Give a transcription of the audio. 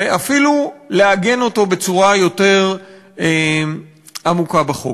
ואפילו לעגן אותו בצורה יותר עמוקה בחוק.